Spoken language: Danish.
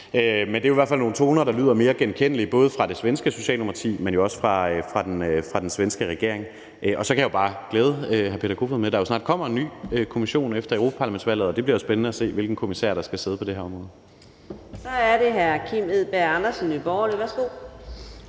men det er i hvert fald nogle toner, der lyder mere genkendelige, både fra det svenske socialdemokrati, men jo også fra den svenske regering. Og så kan jeg jo bare glæde hr. Peter Kofod med, at der snart kommer en ny Europa-Kommissionen efter europaparlamentsvalget, og det bliver jo spændende at se, hvilken kommissær der skal sidde på det her område. Kl. 13:30 Fjerde næstformand